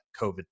COVID